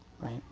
right